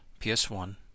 PS1